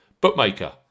bookmaker